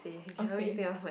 okay